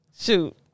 Shoot